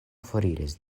foriris